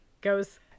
goes